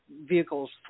vehicles